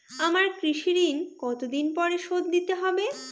আমার কৃষিঋণ কতদিন পরে শোধ দিতে হবে?